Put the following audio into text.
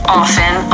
often